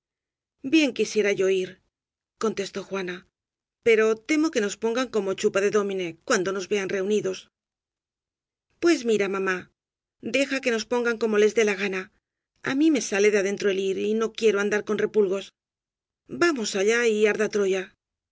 bien quisiera yo ir contestó juana pero temo que nos pongan como chupa de dómine cuando nos vean reunidos pues mira mamá deja que nos pongan como íes dé la gana á mí me sale de adentro el ir y no quiero andar con repulgos vamos allá y arda troya